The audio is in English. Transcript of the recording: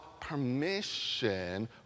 permission